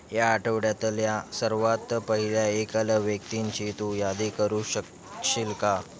या आठवड्यातल्या सर्वात पहिल्या एकल व्यक्तींची तू यादी करू शकशील का